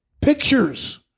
Pictures